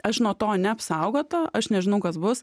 aš nuo to neapsaugota aš nežinau kas bus